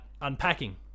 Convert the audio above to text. unpacking